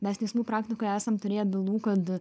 mes teismų praktikoj esam turėję bylų kad